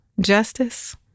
Justice